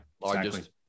Largest